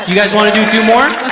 guys wanna do two more?